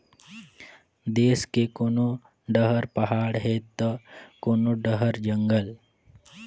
देस के कोनो डहर पहाड़ हे त कोनो डहर जंगल